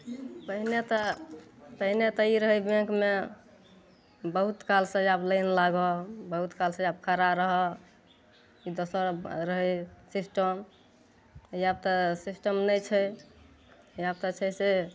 पहिने तऽ पहिने तऽ ई रहय बैंकमे बहुत कालसँ आब लाइन लागऽ बहुत कालसँ आब खड़ा रहऽ दोसर रहय सिस्टम आब तऽ सिस्टम नहि छै आब तऽ छै से